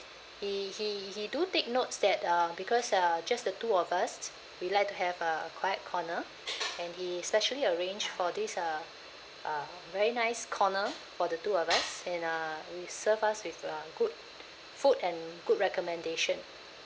he he he do take note that uh because uh just the two of us we like to have a quiet corner and he specially arranged for this uh uh very nice corner for the two of us and uh he serve us with a good food and good recommendation